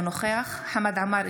אינו נוכח חמד עמאר,